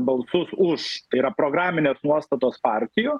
balsus už tai yra programinės nuostatos partijų